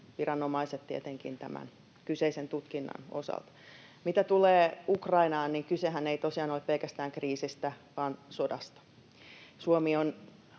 viranomaiset tämän kyseisen tutkinnan osalta. Mitä tulee Ukrainaan, niin kysehän ei tosiaan ole pelkästään kriisistä vaan sodasta. Suomi on